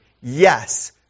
Yes